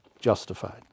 justified